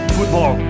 Football